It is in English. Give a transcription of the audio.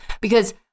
because-